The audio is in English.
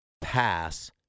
pass